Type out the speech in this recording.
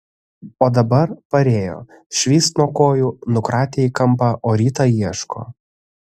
o dabar parėjo švyst nuo kojų nukratė į kampą o rytą ieško